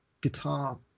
guitar